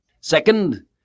Second